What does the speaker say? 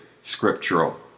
scriptural